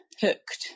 hooked